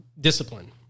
Discipline